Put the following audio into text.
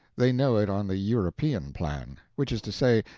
they know it on the european plan which is to say,